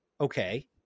okay